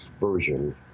version